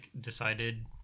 decided